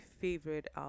favorite